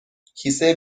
کیسه